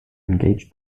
engaged